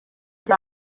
cya